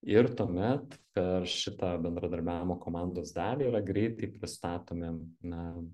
ir tuomet per šitą bendradarbiavimo komandos dalį yra greitai pristatomi na